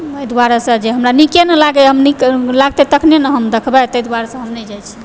एहि दुआरेसे जे हमरा नीके नहि लागैया हमरा नीक लगतै तखने ने हम देखबै तै दुआरेसे हम नहि जाइ छी